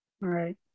right